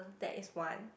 that is one